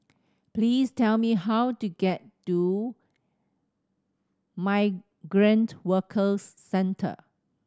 please tell me how to get to Migrant Workers Centre